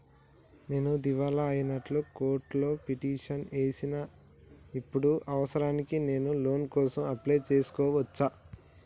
నేను దివాలా అయినట్లు కోర్టులో పిటిషన్ ఏశిన ఇప్పుడు అవసరానికి నేను లోన్ కోసం అప్లయ్ చేస్కోవచ్చా?